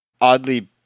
oddly